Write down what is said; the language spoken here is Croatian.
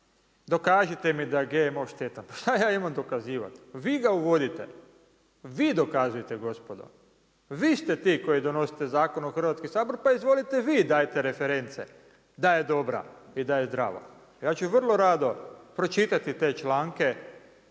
dokažite mi da je GMO štetan. Pa šta ja imam dokazivati. Vi ga uvodite. Vi dokazujte gospodo. Vi ste ti koji donosite zakon u Hrvatski sabor, pa izvolite vi dajte reference, da je dobra i da je zdravo. Ja ću vrlo rado pročitati te članke